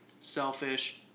selfish